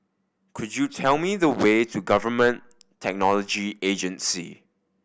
could you tell me the way to Government Technology Agency